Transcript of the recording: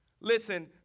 Listen